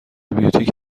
بیوتیک